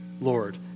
Lord